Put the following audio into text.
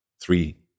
three